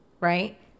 right